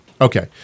okay